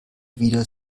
wieder